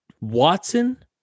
Watson